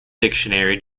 dictionary